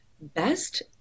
best